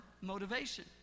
motivation